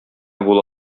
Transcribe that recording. була